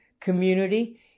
community